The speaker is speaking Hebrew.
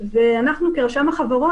כרשם החברות,